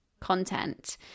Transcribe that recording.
content